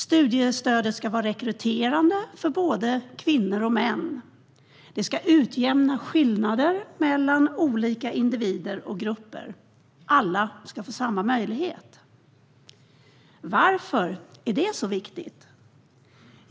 Studiestödet ska vara rekryterande för både kvinnor och män. Det ska utjämna skillnader mellan individer och grupper. Alla ska få samma möjlighet. Varför är det viktigt?